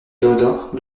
théodore